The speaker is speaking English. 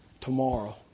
tomorrow